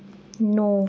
नौ